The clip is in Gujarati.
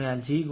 g